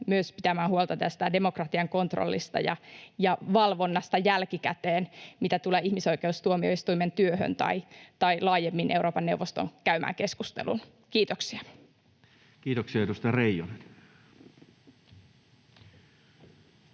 myös pitämään huolta tästä demokratian kontrollista ja valvonnasta jälkikäteen, mitä tulee ihmisoikeustuomioistuimen työhön tai laajemmin Euroopan neuvoston käymään keskusteluun. — Kiitoksia. Kiitoksia. — Edustaja Reijonen.